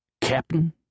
Captain